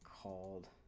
called